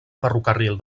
ferrocarril